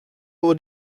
would